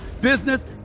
business